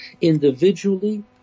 individually